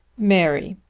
mary,